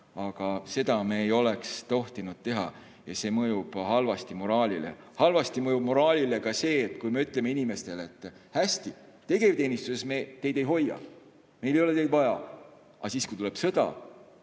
siis seda me ei oleks tohtinud teha ja see mõjub halvasti moraalile. Halvasti mõjub moraalile ka see, kui me ütleme inimestele, et hästi, tegevteenistuses me teid ei hoia, meil ei ole vaja, aga kui tuleb sõda,